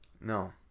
No